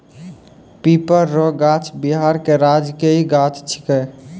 पीपर रो गाछ बिहार के राजकीय गाछ छिकै